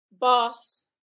boss